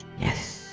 Yes